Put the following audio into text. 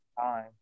time